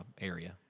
area